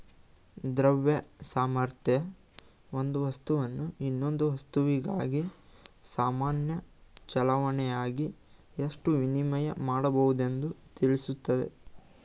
ದ್ರವ್ಯ ಸಾಮರ್ಥ್ಯ ಒಂದು ವಸ್ತುವನ್ನು ಇನ್ನೊಂದು ವಸ್ತುವಿಗಾಗಿ ಸಾಮಾನ್ಯ ಚಲಾವಣೆಯಾಗಿ ಎಷ್ಟು ವಿನಿಮಯ ಮಾಡಬಹುದೆಂದು ತಿಳಿಸುತ್ತೆ